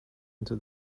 into